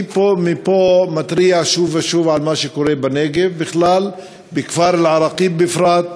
אני מפה מתריע שוב ושוב על מה שקורה בנגב בכלל ובכפר אל-עראקיב בפרט.